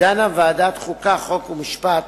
דנה ועדת החוקה, חוק ומשפט